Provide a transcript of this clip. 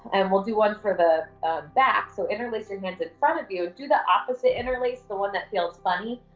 and we'll do one for the back. so interlace your hands in front of you, and do the opposite interlace, the one that feels funny,